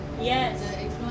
Yes